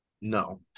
No